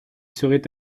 serait